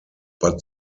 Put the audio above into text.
but